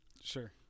Sure